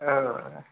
ओऽ